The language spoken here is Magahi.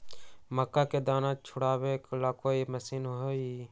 मक्का के दाना छुराबे ला कोई मशीन हई का?